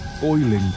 boiling